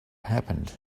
happened